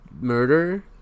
murder